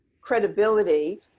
credibility